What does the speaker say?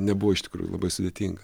nebuvo iš tikrųjų labai sudėtinga